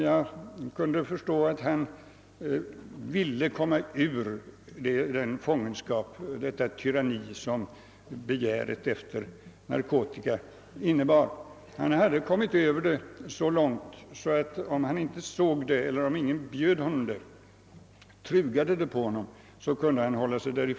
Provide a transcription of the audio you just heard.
Jag kunde förstå att han ville komma ur den fångenskap, komma undan det tyranni som begäret efter narkotika innebär. Han hade kommit ifrån det i så måtto att om han inte såg eller bjöds på narkotika kunde han avstå från det.